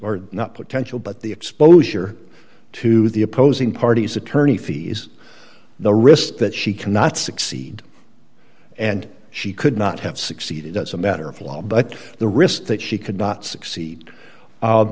explored not potential but the exposure to the opposing parties attorney fees the risk that she cannot succeed and she could not have succeeded as a matter of law but the risk that she could not succeed